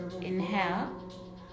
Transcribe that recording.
inhale